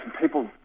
People